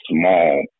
small